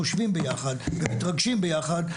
שאנחנו חושבים ביחד ומתרגשים ביחד,